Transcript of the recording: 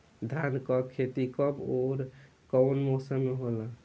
धान क खेती कब ओर कवना मौसम में होला?